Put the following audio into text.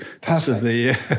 perfect